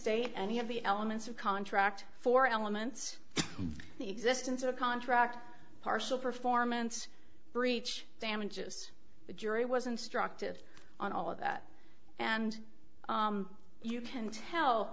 e any of the elements of contract four elements the existence of a contract partial performance breach damages the jury was instructive on all of that and you can tell